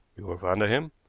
you were fond of him?